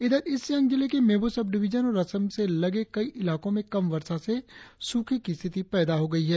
इधर ईस्ट सियांग जिले के मेबो सब डिविजन और असम से लगे कई इलाको में कम वर्षा से सूखे की स्थिति पैदा हो गई है